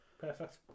Perfect